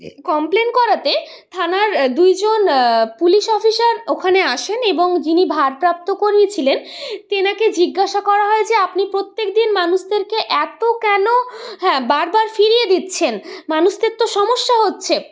complain করাতে থানার দুইজন পুলিশ অফিসার ওখানে আসেন এবং যিনি ভারপ্রাপ্ত কর্মী ছিলেন তেনাকে জিজ্ঞাসা করা হয় যে আপনি প্রত্যেকদিন মানুষদেরকে এত কেন হ্যাঁ বারবার ফিরিয়ে দিচ্ছেন মানুষদের তো সমস্যা হচ্ছে